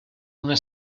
una